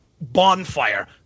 bonfire